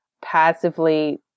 passively